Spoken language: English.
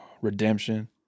Redemption